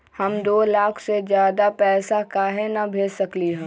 हम दो लाख से ज्यादा पैसा काहे न भेज सकली ह?